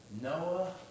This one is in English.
Noah